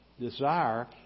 desire